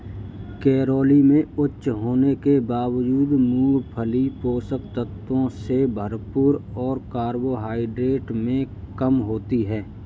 calorie में उच्च होने के बावजूद, मूंगफली पोषक तत्वों से भरपूर और कार्बोहाइड्रेट में कम होती है